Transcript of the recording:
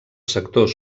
sector